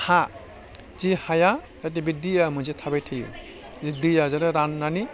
हा जि हाया बा बे दैया मोनसे थाबाय थायो बे दैया जुदि राननानै